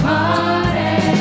Party